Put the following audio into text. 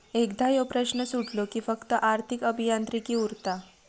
एकदा ह्यो प्रश्न सुटलो कि फक्त आर्थिक अभियांत्रिकी उरता